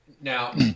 Now